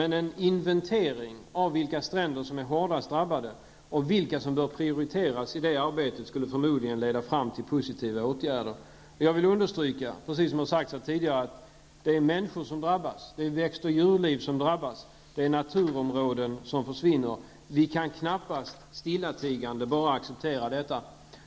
En inventering för att få fram vilka stränder som är hårdast drabbade och vilka som bör prioriteras i det arbetet skulle förmodligen leda till positiva åtgärder. Jag vill understryka, precis som det sagts här tidigare, att det är människor och växt och djurlivet som drabbas. Naturområden försvinner. Då kan vi knappast stillatigande acceptera det som sker.